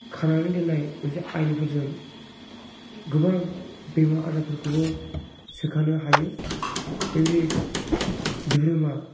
खानानै दोननाय मोनसे आयेनफोरजों गोबां बेमार आजारफोरखौबो सोखानो हायो बेबायदि धोरोमा